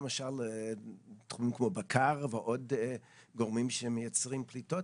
למשל בתחומים כמו בקר ועוד גורמים שמייצרים פליטות,